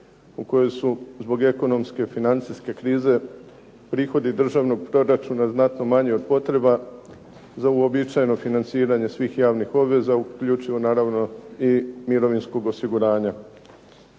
u kojoj su zbog ekonomske financijske krize prihodi državnog proračuna znatno manji od potreba za uobičajeno financiranje svih javnih obveza uključivo naravno i mirovinskog osiguranja.